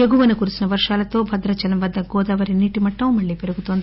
ఎగువన కురిసిన వర్షాలతో భద్రాచలం వద్ద గోదావరి నీటిమట్టం మళ్ళీ పెరుగుతోంది